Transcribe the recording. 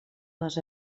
les